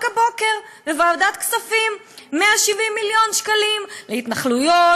רק הבוקר בוועדת כספים 170 מיליון שקלים להתנחלויות,